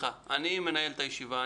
אני מנהל את הישיבה.